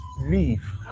leave